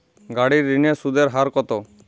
গাড়ির ঋণের সুদের হার কতো?